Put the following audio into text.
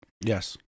Yes